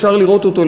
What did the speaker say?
אפשר לראות אותו,